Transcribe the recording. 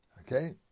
Okay